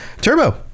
Turbo